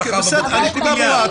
אוקי בסדר, הנקודה ברורה.